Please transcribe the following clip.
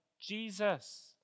Jesus